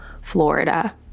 Florida